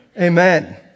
Amen